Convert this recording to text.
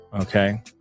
Okay